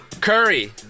Curry